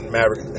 Maverick